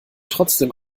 trotzdem